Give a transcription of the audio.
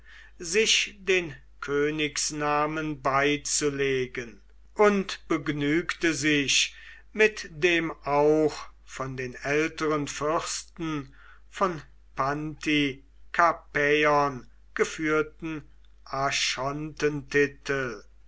sich den königsnamen beizulegen und begnügte sich mit dem auch von den älteren fürsten von pantikapäon geführten